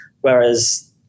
whereas